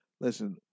Listen